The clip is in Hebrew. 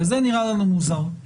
וזה נראה לנו מוזר.